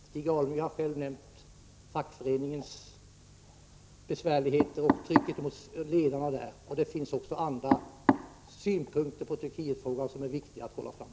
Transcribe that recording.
Stig Alemyr har själv nämnt fackföreningarnas besvärligheter och förtrycket mot deras ledare. Det finns också andra synpunkter i fråga om Turkiet som är viktiga att framhålla.